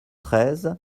treize